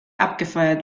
abgefeuert